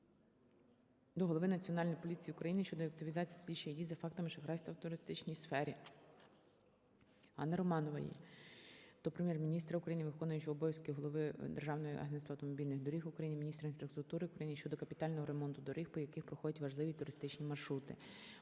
до Голови Національної поліції України щодо активізації слідчих дій за фактами шахрайства у туристичній сфері. Анни Романової до Прем'єр-міністра України, виконуючого обов'язків Голови Державного агентства автомобільних доріг України, міністра інфраструктури України щодо капітального ремонту доріг, по яких проходять важливі туристичні маршрути.